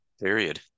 period